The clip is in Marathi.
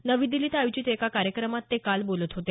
नवी दिल्लीत आयोजित एका कार्यक्रमात ते काल बोलत होते